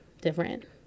different